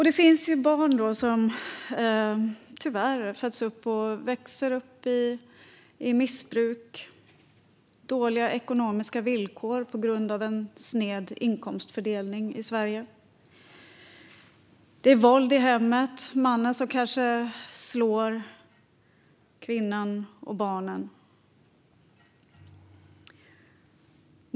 Det finns tyvärr barn som växer upp med missbruk eller dåliga ekonomiska villkor på grund av den sneda inkomstfördelningen i Sverige. Det kan vara våld i hemmet. Mannen kanske slår kvinnan och barnen.